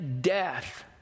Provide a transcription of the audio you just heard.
death